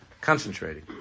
concentrating